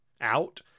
out